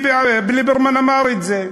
ליברמן אמר את זה,